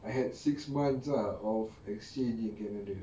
I had six months ah of exchange in canada